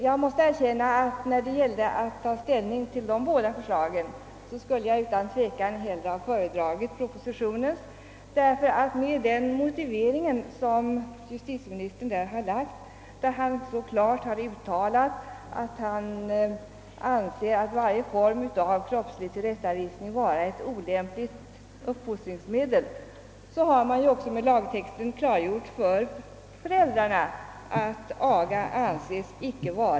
Jag måste erkänna att jag av de båda förslagen utan tvekan skulle ha föredragit propositionens, ty med den motivering som justitieministern där anfört och där han så bestämt uttalat, att varje form av kroppslig tillrättavisning är ett olämpligt uppfostringsmedel, har ju också detta klargjorts för föräldrarna.